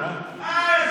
עזוב,